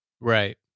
Right